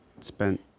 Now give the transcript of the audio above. spent